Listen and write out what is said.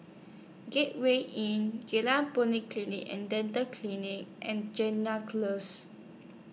Gateway Inn Geylang Polyclinic and Dental Clinic and Close